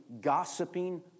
gossiping